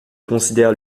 considère